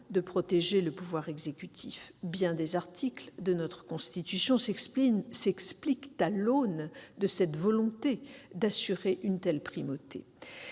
de protéger le pouvoir exécutif. Bien des articles de notre Constitution s'expliquent à l'aune de cette volonté d'assurer une telle primauté